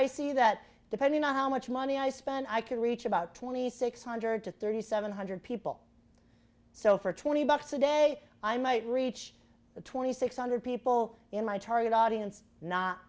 i see that depending on how much money i spend i can reach about twenty six hundred to thirty seven hundred people so for twenty bucks a day i might reach the twenty six hundred people in my target audience n